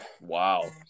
Wow